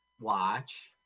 Watch